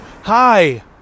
hi